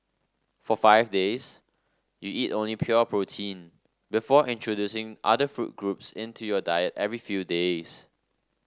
for five days you eat only pure protein before introducing other food groups into your diet every few days